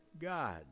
God